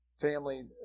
family